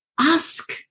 Ask